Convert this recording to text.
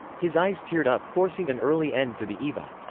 his eyes teared up, forcing an early end to the eva.